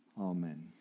Amen